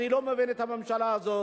אני לא מבין את הממשלה הזאת,